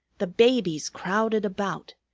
the babies crowded about.